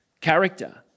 character